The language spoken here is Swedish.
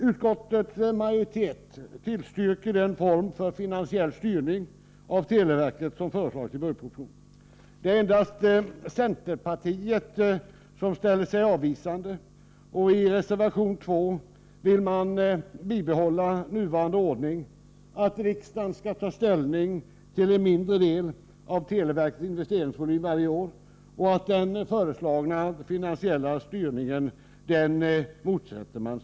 Utskottets majoritet tillstyrker den form för finansiell styrning av televerket som föreslås i budgetpropositionen. Endast centerpartiet ställer sig avvisande. I reservation 2 anförs från centerpartiets sida att man vill bibehålla den nuvarande ordningen, innebärande att riksdagen skall ta ställning till en mindre del av televerkets investeringsvolym varje år. Man motsätter sig också den föreslagna finansiella styrningen.